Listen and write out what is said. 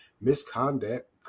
misconduct